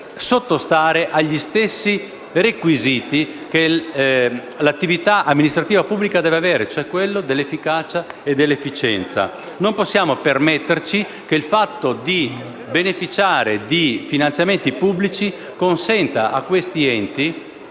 sottostare agli stessi requisiti che l'attività amministrativa pubblica deve avere, cioè quelli dell'efficacia e dell'efficienza. Non possiamo permetterci che il fatto di beneficiare di finanziamenti pubblici consenta a questi enti